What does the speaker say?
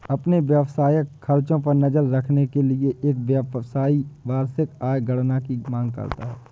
अपने व्यावसायिक खर्चों पर नज़र रखने के लिए, एक व्यवसायी वार्षिक आय गणना की मांग करता है